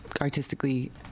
artistically